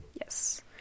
Yes